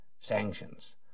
sanctions